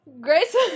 Grace